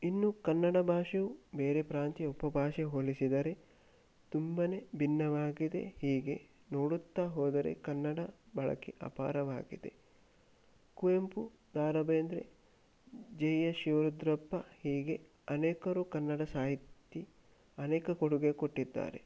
ಇನ್ನು ಕನ್ನಡ ಭಾಷೆಯು ಬೇರೆ ಪ್ರಾಂತ್ಯ ಉಪಭಾಷೆ ಹೋಲಿಸಿದರೆ ತುಂಬ ಭಿನ್ನವಾಗಿದೆ ಹೀಗೆ ನೋಡುತ್ತಾ ಹೋದರೆ ಕನ್ನಡ ಬಳಕೆ ಅಪಾರವಾಗಿದೆ ಕುವೆಂಪು ದ ರಾ ಬೇಂದ್ರೆ ಜಿ ಎಸ್ ಶಿವರುದ್ರಪ್ಪ ಹೀಗೆ ಅನೇಕರು ಕನ್ನಡ ಸಾಹಿತಿ ಅನೇಕ ಕೊಡುಗೆ ಕೊಟ್ಟಿದ್ದಾರೆ